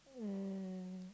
um